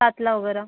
सातला वगैरे